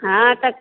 हाँ तो